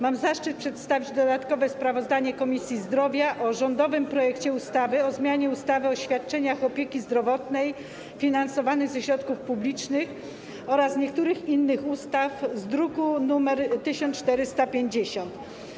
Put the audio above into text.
Mam zaszczyt przedstawić dodatkowe sprawozdanie Komisji Zdrowia o rządowym projekcie ustawy o zmianie ustawy o świadczeniach opieki zdrowotnej finansowanych ze środków publicznych oraz niektórych innych ustaw z druku nr 1450.